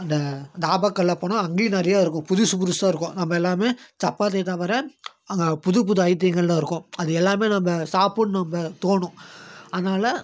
அந்த தாபாக்கள்லாம் போனால் அங்கேயும் நிறைய இருக்கும் புதுசு புதுசாக இருக்கும் நம்ம எல்லாமே சப்பாத்தியை தவிர அங்கே புது புது ஐட்டங்கள்தான் இருக்கும் அது எல்லாமே நம்ம சாப்பிட்ணும் தோணும் அதனால்